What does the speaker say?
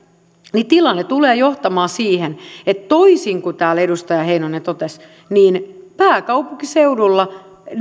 niin tilanne tulee johtamaan siihen että toisin kuin täällä edustaja heinonen totesi pääkaupunkiseudulla